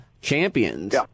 Champions